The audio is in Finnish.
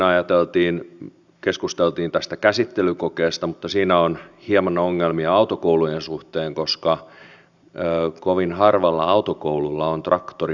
siinä keskusteltiin tästä käsittelykokeesta mutta siinä on hieman ongelmia autokoulujen suhteen koska kovin harvalla autokoululla on traktori peräkärryineen käytössä